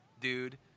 dude